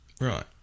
Right